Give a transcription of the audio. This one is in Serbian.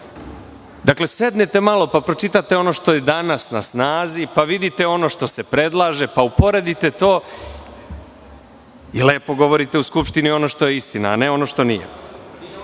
Dakle, sednete pa pročitate ono što je danas na snazi, pa vidite ono što se predlaže, upredite to i lepo govorite u Skupštini ono što je istina, a ne ono što nije. Kaže